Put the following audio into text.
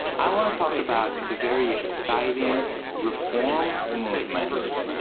i want to talk about the very exciting reform movements,